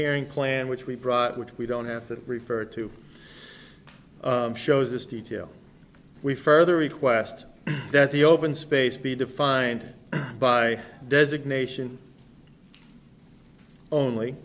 hearing plan which we brought which we don't have to refer to shows this detail we further request that the open space be defined by designation only